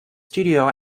studio